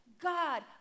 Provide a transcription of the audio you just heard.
God